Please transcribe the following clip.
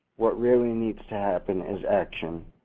what really needs to happen is action.